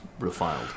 refiled